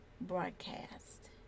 broadcast